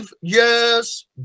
years